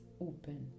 open